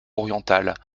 orientales